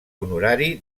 honorari